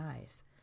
eyes